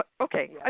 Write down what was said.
Okay